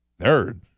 Nerd